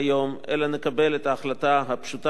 אלא נקבל את ההחלטה הפשוטה הזאת,